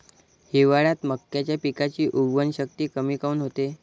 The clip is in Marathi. हिवाळ्यात मक्याच्या पिकाची उगवन शक्ती कमी काऊन होते?